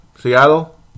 Seattle